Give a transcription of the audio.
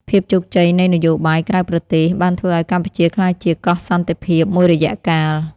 ភាពជោគជ័យនៃនយោបាយក្រៅប្រទេសបានធ្វើឱ្យកម្ពុជាក្លាយជា "កោះសន្តិភាព" មួយរយៈកាល។